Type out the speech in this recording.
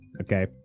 Okay